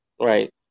Right